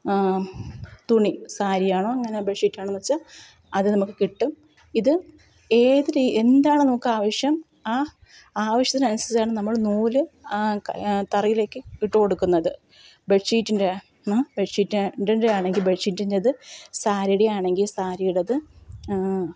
തുണി സാരിയാണോ അങ്ങനെ ബെഡ്ഷീറ്റാണോ എന്നുവച്ചാൽ അത് നമുക്ക് കിട്ടും ഇത് ഏത് രീതി എന്താണോ നമുക്ക് ആവശ്യം ആ ആവിശ്യത്തിന് അനുസരിച്ചാണ് നമ്മൾ നൂല് തറയിലേക്ക് ഇട്ട് കൊടുക്കുന്നത് ബെഡ്ഷീറ്റിൻ്റെ ആണ് ബെഡ്ഷീറ്റിൻ്റെ ആണെങ്കി ബെഡ്ഷീറ്റിൻ്റേത് സാരിയുടെ ആണെങ്കിൽ സാരിയുടേത്